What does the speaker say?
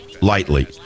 lightly